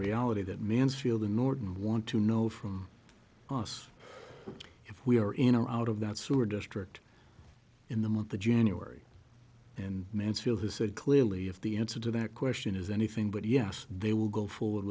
reality that mansfield and norton want to know from us if we are in or out of that sewer district in the month of january and mansfield has said clearly if the answer to that question is anything but yes they will go forward